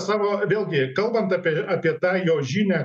savo vėlgi kalbant apie apie tą jo žinią